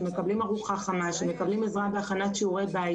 הם מקבלים שם ארוחה חמה, עזרה בהכנת שיעורי בית.